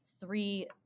three